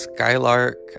Skylark